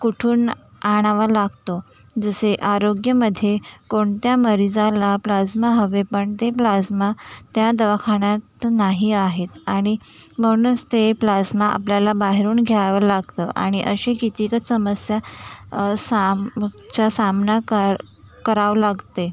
कुठून आणावा लागतो जसे आरोग्यमध्ये कोणत्या मरिजाला प्लाज्मा हवे पण ते प्लाज्मा त्या दवाखान्यात नाही आहेत आणि म्हणूच ते प्लास्मा आपल्याला बाहेरून घ्यावं लागतं आणि असे कितीकं समस्या सांबच्या सामना कर कराव लागते